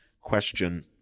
question